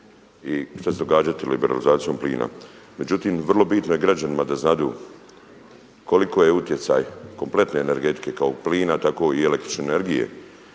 i šta će se događati liberalizacijom plina. Međutim, vrlo bitno je građanima da znadu koliki je utjecaj kompletne energetike kao plina tako i električne energije.